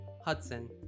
Hudson